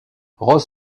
ross